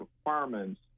requirements